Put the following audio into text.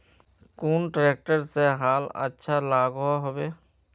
कुन ट्रैक्टर से हाल अच्छा लागोहो होबे?